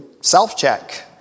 self-check